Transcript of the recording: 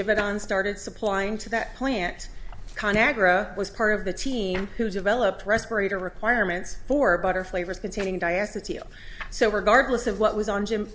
you have it on started supplying to that plant con agra was part of the team who developed respirator requirements for better flavors containing diaster to so regardless of what was on jim